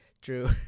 True